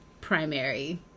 primary